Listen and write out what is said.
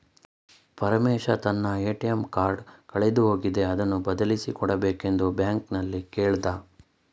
ಪರಮೇಶ ತನ್ನ ATM card ಕಳೆದು ಹೋಗಿದೆ ಅದನ್ನು ಬದಲಿಸಿ ಕೊಡಬೇಕೆಂದು ಬ್ಯಾಂಕಲ್ಲಿ ಕೇಳ್ದ